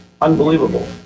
unbelievable